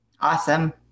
Awesome